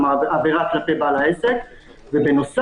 כלומר עבירה כלפי בעל העסק ובנוסף,